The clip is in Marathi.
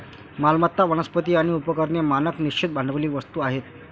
मालमत्ता, वनस्पती आणि उपकरणे मानक निश्चित भांडवली वस्तू आहेत